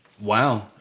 Wow